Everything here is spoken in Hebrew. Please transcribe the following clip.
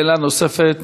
שאלה נוספת